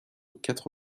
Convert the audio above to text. quatre